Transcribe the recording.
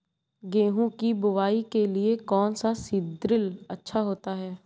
गेहूँ की बुवाई के लिए कौन सा सीद्रिल अच्छा होता है?